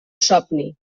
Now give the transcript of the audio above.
somni